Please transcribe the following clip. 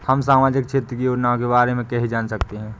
हम सामाजिक क्षेत्र की योजनाओं के बारे में कैसे जान सकते हैं?